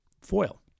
foil